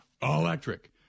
electric